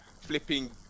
flipping